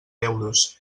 euros